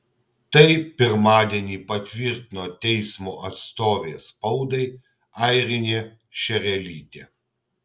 tai pirmadienį patvirtino teismo atstovė spaudai airinė šerelytė